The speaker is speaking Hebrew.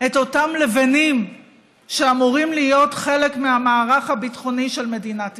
את אותן לבנים שאמורות להיות חלק מהמערך הביטחוני של מדינת ישראל.